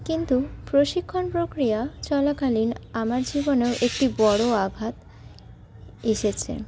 কিন্তু প্রশিক্ষণ প্রক্রিয়া চলাকালীন আমার জীবনেও একটি বড়ো আঘাত এসেছে